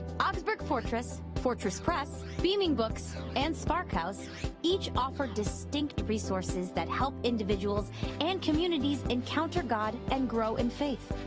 augsburg fortress, fortress press, beaming books and sparkhouse each offer distinct resources that help individuals and communities encounter god and grow in faith.